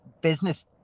business